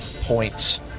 points